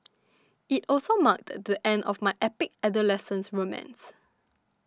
it also marked the end of my epic adolescent romance